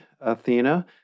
Athena